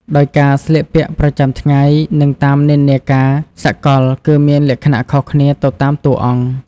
ដោយការស្លៀកពាក់ប្រចាំថ្ងៃ និងតាមនិន្នាការសកល គឺមានលក្ខណៈខុសគ្នាទៅតាមតួអង្គ។